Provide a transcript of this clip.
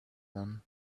them